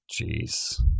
Jeez